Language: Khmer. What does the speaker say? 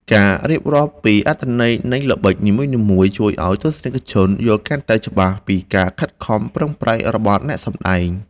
ការរៀបរាប់ពីអត្ថន័យនៃល្បិចនីមួយៗជួយឱ្យទស្សនិកជនយល់កាន់តែច្បាស់ពីការខិតខំប្រឹងប្រែងរបស់អ្នកសម្តែង។